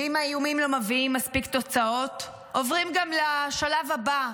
ואם האיומים לא מביאים מספיק תוצאות עוברים גם לשלב הבא,